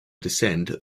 descend